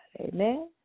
Amen